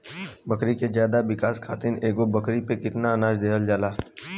बकरी के ज्यादा विकास खातिर एगो बकरी पे कितना अनाज देहल जाला?